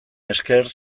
esker